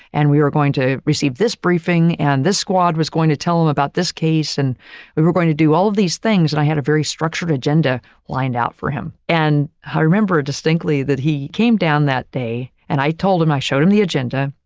and we are going to receive this briefing, and this squad was going to tell him about this case. and we were going to do all of these things. and i had a very structured agenda lined out for him. and i remember distinctly that he came down that day. and i told him, i showed him the agenda,